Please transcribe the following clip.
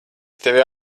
tevi